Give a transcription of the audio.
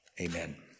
amen